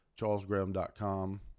CharlesGraham.com